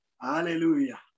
Hallelujah